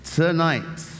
Tonight